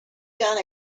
done